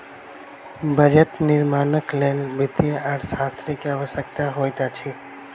budget निर्माणक लेल वित्तीय अर्थशास्त्री के आवश्यकता होइत अछि